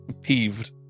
peeved